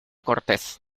cortés